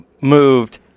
moved